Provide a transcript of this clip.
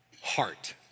Heart